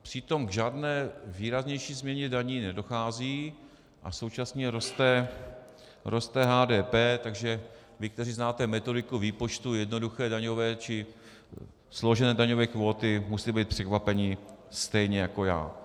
Přitom k žádné výraznější změně daní nedochází a současně roste HDP, takže vy, kteří znáte metodiku výpočtu jednoduché daňové či složené daňové kvóty, musíte být překvapeni stejně jako já.